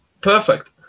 Perfect